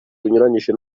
binyuranyije